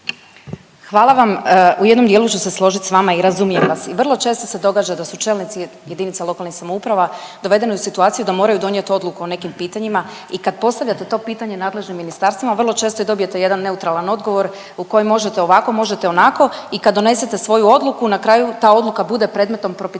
Hvala vam. U jednom dijelu ću se složiti s vama i razumijem vas i vrlo često se događa da su čelnici jedinica lokalnih samouprava dovedeni u situaciju da moraju donijeti odluku o nekim pitanjima i kad postavljate to pitanje nadležnim ministarstvima vrlo često dobijete jedan neutralan odgovor u kojem možete ovako, možete onako i kad donesete svoju odluku na kraju ta odluka bude predmetom propitivanja